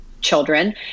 children